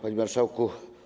Panie Marszałku!